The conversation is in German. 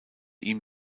ihm